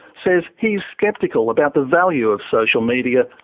says he's sceptical about the value of social media,